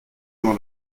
dans